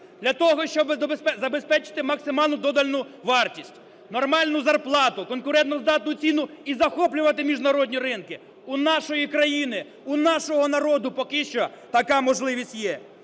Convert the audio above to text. для того, щоб забезпечити максимальну додану вартість, нормальну зарплату, конкурентоздатну ціну і захоплювати міжнародні ринки. У нашої країни, у нашого народу поки що така можливість є.